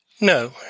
No